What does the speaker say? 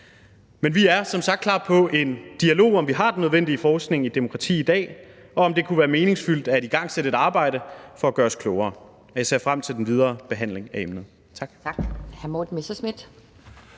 Men vi er som sagt klar til en dialog om, om vi har den nødvendige forskning i demokrati i dag, og om det kunne være meningsfyldt at igangsætte et arbejde for at gøre os klogere. Jeg ser frem til den videre behandling af emnet.